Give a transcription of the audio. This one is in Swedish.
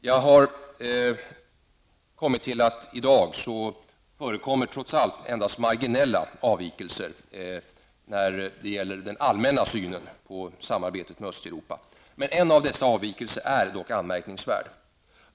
Det förekommer i dag trots allt endast marginella avvikelser när det gäller den allmänna synen på samarbetet med Östeuropa. En av dessa avvikelser är dock anmärkningsvärd.